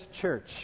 Church